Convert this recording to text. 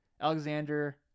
Alexander